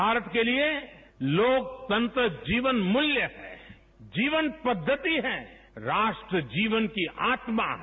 भारत के लिए लोकतंत्र जीवन मूल्य है जीवन पद्धति है राष्ट्र जीवन की आत्मा है